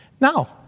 Now